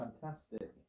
Fantastic